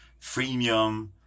freemium